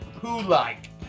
Who-like